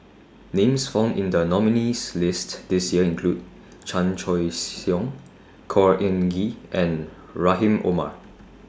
Names found in The nominees' list This Year include Chan Choy Siong Khor Ean Ghee and Rahim Omar